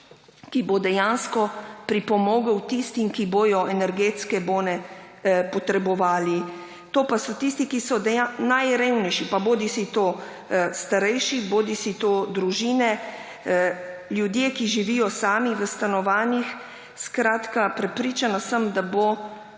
ki bo dejansko pripomogel tistim, ki bodo energetske bone potrebovali. To pa so tisti, ki so najrevnejši, bodisi starejši bodisi družine, ljudje, ki živijo sami v stanovanjih, skratka, prepričana sem, da bo